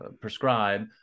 prescribe